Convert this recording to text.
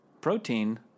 protein